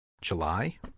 july